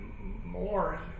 more